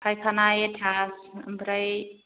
फाइखाना एटास ओमफ्राय